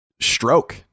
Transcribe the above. stroke